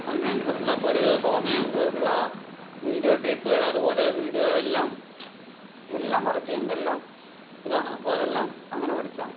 അതിനനുസരിച്ചുള്ള ഇപ്പോൾ ഒരു സോങ്ങിനനുസരിച്ചുള്ള വീഡിയോ ക്ലിപ്പുകൾ അതുപോലെ വീഡിയോ എല്ലാം എല്ലാം വർക്ക് ചെയ്യണതെല്ലാം ഇതാണ് അപ്പോൾ അതെല്ലാം അങ്ങനെ പഠിച്ചതാണ്